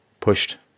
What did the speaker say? pushed